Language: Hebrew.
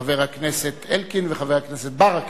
חבר הכנסת אלקין וחבר הכנסת ברכה.